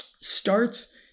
starts